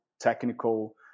technical